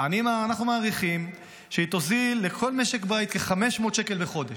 אנחנו מעריכים שהיא תוזיל לכל משק בית כ-500 שקל בחודש,